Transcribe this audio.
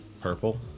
Purple